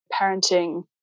parenting